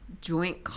joint –